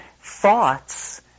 thoughts